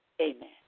Amen